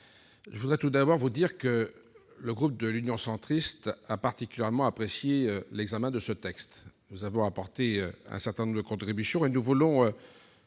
je voudrais tout d'abord vous dire que le groupe Union Centriste a particulièrement apprécié l'examen de ce texte. Nous avons apporté un certain nombre de contributions et nous voulons